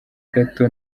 gato